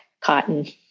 cotton